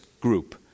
group